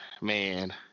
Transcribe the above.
man